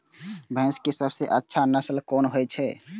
भैंस के सबसे अच्छा नस्ल कोन होय छे?